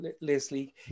Leslie